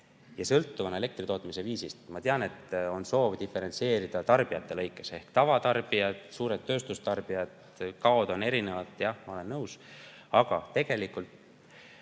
sõltuvalt elektritootmise viisist. Ma tean, et on soov diferentseerida tarbijate lõikes: tavatarbijad ja suured tööstustarbijad. Kaod on ju erinevad. Jah, ma olen nõus. Aga tegelikult